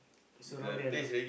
it's around there lah